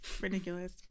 ridiculous